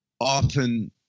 often